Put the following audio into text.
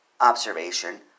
observation